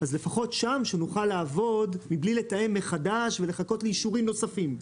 אז לפחות שם שנוכל לעבוד מבלי לתאם מחדש ולחכות לאישורים נוספים.